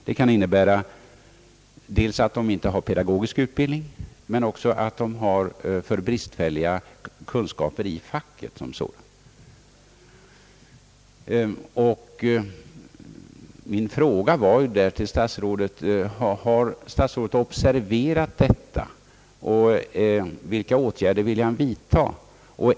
Det kan innebära, dels att lärarna inte har pedagogisk utbildning, dels också att de har alltför bristfälliga kunskaper i facke som sådant. :| Min fråga till statsrådet var: Har statsrådet observerat detta förhållande och vilka åtgärder vill han vidtaga?